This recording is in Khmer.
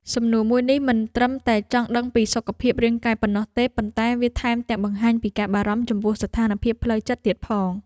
សំណួរមួយនេះមិនត្រឹមតែចង់ដឹងពីសុខភាពរាងកាយប៉ុណ្ណោះទេប៉ុន្តែវាថែមទាំងបង្ហាញពីការបារម្ភចំពោះស្ថានភាពផ្លូវចិត្តទៀតផង។